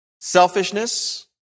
selfishness